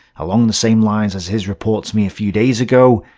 along the same lines as his report to me a few days ago.